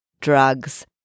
drugs